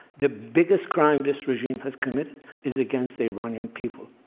the biggest crime this regime has committed is against the iranian people.